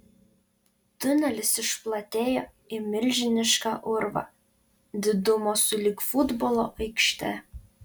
tunelis išplatėjo į milžinišką urvą didumo sulig futbolo aikšte